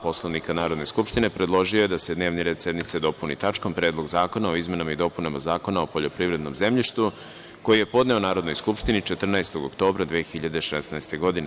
Poslovnika Narodne skupštine, predložio je da se dnevni red sednice dopuni tačkom - Predlog zakona o izmenama i dopunama Zakona o poljoprivrednom zemljištu, koji je podneo Narodnoj skupštini 14. oktobra 2016. godine.